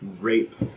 rape